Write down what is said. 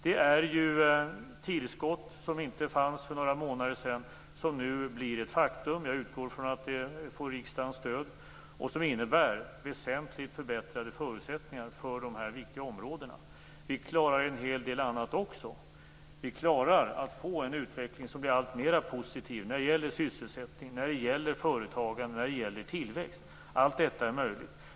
Det är ju tillskott som inte fanns för några månader sedan som nu blir ett faktum - jag utgår från att det får riksdagens stöd - och som innebär väsentligt förbättrade förutsättningar för de här viktiga områdena. Vi klarar en hel del annat också. Vi klarar att få en utveckling som blir alltmer positiv när det gäller sysselsättning, företagande och tillväxt. Allt detta är möjligt.